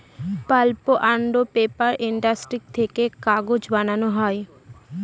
pulp and paper industry থেকে কাগজ বানানো হয়